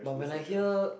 but when I hear